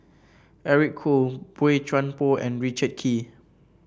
Eric Khoo Boey Chuan Poh and Richard Kee